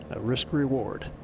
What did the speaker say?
a risk reward.